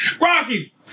Rocky